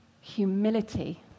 humility